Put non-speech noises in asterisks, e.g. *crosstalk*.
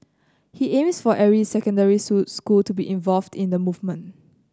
he aims for every secondary *unintelligible* school to be involved in the movement